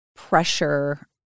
pressure